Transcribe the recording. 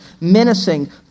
menacing